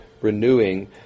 renewing